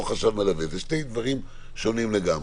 חשב מלווה אלו שני דברים שונים לגמרי.